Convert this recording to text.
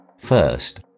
first